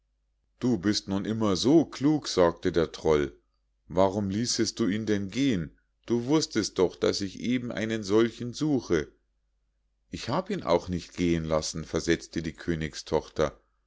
du bist nun immer so klug sagte der troll warum ließest du ihn denn gehen du wußtest doch daß ich eben einen solchen suche ich hab ihn auch nicht gehen lassen versetzte die königstochter